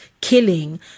killing